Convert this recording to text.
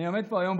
אני עומד פה היום,